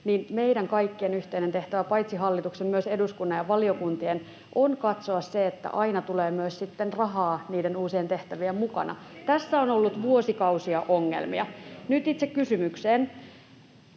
niin meidän kaikkien yhteinen tehtävämme, paitsi hallituksen myös eduskunnan ja valiokuntien, on katsoa se, että aina tulee myös sitten rahaa niiden uusien tehtävien mukana. [Oikealta: Te olette hallituksessa!] Tässä on ollut vuosikausia ongelmia. Nyt itse kysymykseen.